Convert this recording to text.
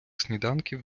сніданків